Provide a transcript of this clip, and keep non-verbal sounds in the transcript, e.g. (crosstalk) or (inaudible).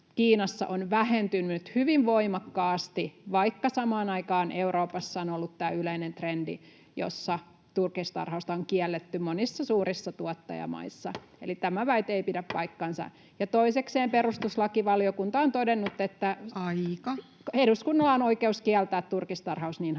Kiinassa on vähentynyt hyvin voimakkaasti, vaikka samaan aikaan Euroopassa on ollut tämä yleinen trendi, jossa turkistarhausta on kielletty monissa suurissa tuottajamaissa. (noise) Eli tämä väite ei pidä paikkaansa. Ja toisekseen perustuslakivaliokunta on todennut, että [Puhemies: Aika!] eduskunnalla on oikeus kieltää turkistarhaus niin halutessaan.